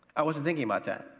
i wasn't thinking about that.